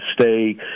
stay